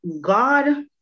God